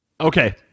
Okay